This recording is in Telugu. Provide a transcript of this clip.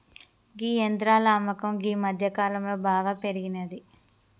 గీ యంత్రాల అమ్మకం గీ మధ్యకాలంలో బాగా పెరిగినాది